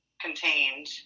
contained